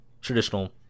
traditional